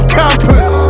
campus